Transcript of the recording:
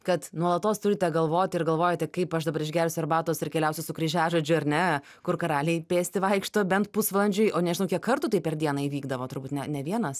kad nuolatos turite galvoti ir galvojate kaip aš dabar išgersi arbatos ir keliausiu su kryžiažodžiu ar ne kur karaliai pėsti vaikšto bent pusvalandžiui o nežinau kiek kartų taip per dieną įvykdavo turbūt ne ne vienas